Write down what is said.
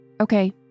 Okay